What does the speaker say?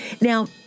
Now